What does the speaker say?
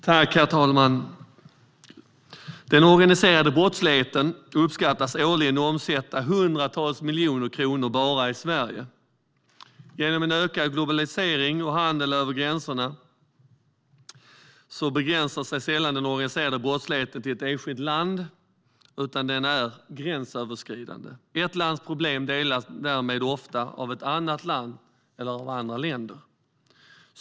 Herr talman! Den organiserade brottsligheten uppskattas årligen omsätta hundratals miljoner kronor bara i Sverige. Genom en ökad globalisering och handel över gränserna begränsar sig sällan den organiserade brottsligheten till ett enskilt land, utan den är gränsöverskridande. Ett lands problem delas därmed ofta av ett annat land eller andra länder.